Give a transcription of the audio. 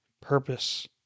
purpose